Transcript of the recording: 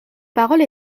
parole